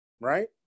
right